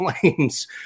Flames